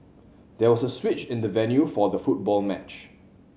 there was a switch in the venue for the football match